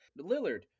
Lillard